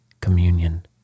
communion